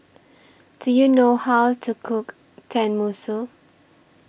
Do YOU know How to Cook Tenmusu